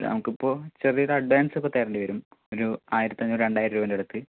ഇല്ല നമുക്കിപ്പോൾ ചെറിയൊരു അഡ്വാൻസ് ഇപ്പോൾ തരേണ്ടി വരും ഒരു ആയിരത്തഞ്ഞൂറ് രണ്ടായിരം രൂപെൻ്റയടുത്ത്